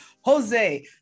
Jose